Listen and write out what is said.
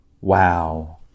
Wow